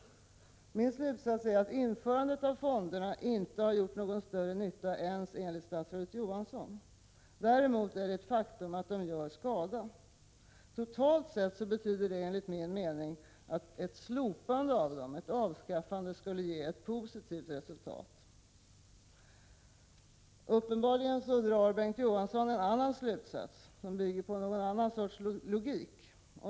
Införandet av fonderna har alltså inte gjort någon större nytta ens enligt statsrådet Johansson. Däremot är det ett faktum att de gör skada. Totalt sett betyder det enligt min mening att ett slopande av dem skulle ge positiva resultat. Bengt K. Å. Johansson drar en annan slutsats, som uppenbarligen bygger på någon annan sorts logik.